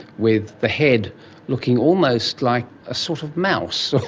with the head looking almost like a sort of mouse.